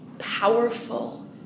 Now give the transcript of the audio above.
Powerful